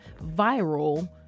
viral